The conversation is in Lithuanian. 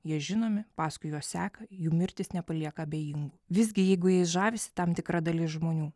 jie žinomi paskui juos seka jų mirtis nepalieka abejingų visgi jeigu jais žavisi tam tikra dalis žmonių